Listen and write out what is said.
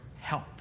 help